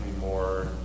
more